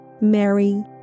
Mary